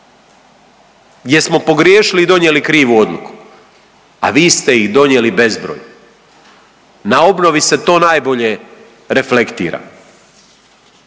jer smo pogriješili i donijeli krivu odluku, a vi ste iz donijeli bezbroj. Na obnovi se to najbolje reflektira.